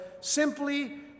simply